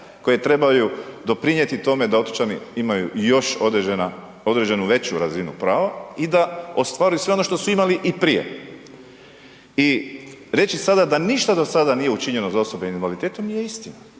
koje trebaju doprinijeti tome da otočani imaju još određenu veću razinu prava i da ostvare sve ono što su imali i prije. I reći sada da ništa do sada nije učinjeno za osobe s invaliditetom, nije istina